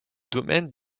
domaine